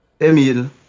Emil